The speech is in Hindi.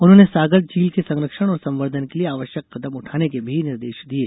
उन्होंने सागर झील के संरक्षण और संवर्धन के लिए आवश्यक कदम उठाने के भी निर्देश दिये